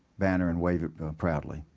banner and wave it proudly.